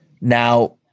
Now